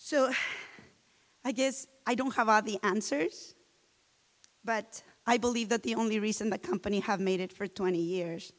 so i guess i don't have are the answers but i believe that the only reason the company have made it for twenty years